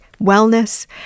wellness